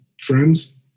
friends